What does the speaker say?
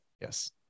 Yes